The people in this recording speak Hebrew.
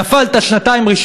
נעבור להצעות הבאות לסדר-היום,